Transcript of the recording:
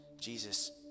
Jesus